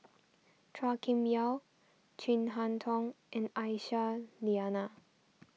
Chua Kim Yeow Chin Harn Tong and Aisyah Lyana